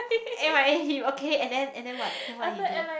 M_I_A him okay and then and then what then what he do